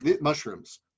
mushrooms